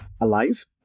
alive